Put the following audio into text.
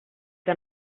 que